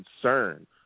concern